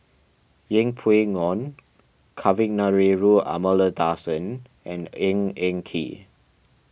Yeng Pway Ngon Kavignareru Amallathasan and Ng Eng Kee